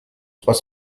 trois